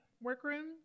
workroom